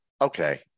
okay